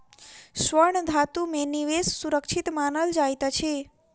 स्वर्ण धातु में निवेश सुरक्षित मानल जाइत अछि